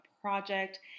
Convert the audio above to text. project